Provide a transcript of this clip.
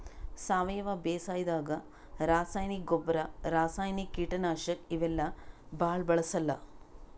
ಸಾವಯವ ಬೇಸಾಯಾದಾಗ ರಾಸಾಯನಿಕ್ ಗೊಬ್ಬರ್, ರಾಸಾಯನಿಕ್ ಕೀಟನಾಶಕ್ ಇವೆಲ್ಲಾ ಭಾಳ್ ಬಳ್ಸಲ್ಲ್